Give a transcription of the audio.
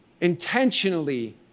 intentionally